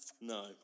No